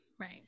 Right